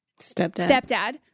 Stepdad